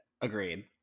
Agreed